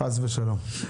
חס ושלום.